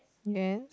yes